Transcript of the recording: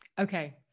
Okay